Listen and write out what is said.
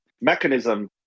mechanism